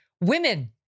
women